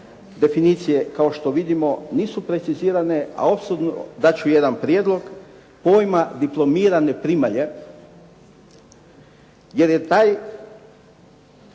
Definicije, kao što vidimo nisu precizirane, a osobno dati ću jedan prijedlog pojma diplomirane primalje jer je ta